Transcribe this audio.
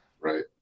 right